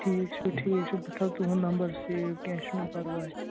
ٹھیٖک چھُ ٹھیٖک چھُ بہٕ تھَوٕ تُہُنٛد نمبر سیو کیٚنٛہہ چھُنہٕ پَرواے